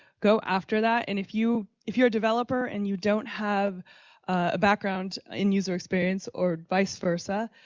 go after that. and if you if you're a developer and you don't have a background in user experience or vice-versa,